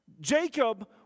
Jacob